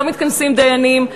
לא מתכנסים דיינים,